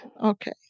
Okay